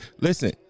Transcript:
Listen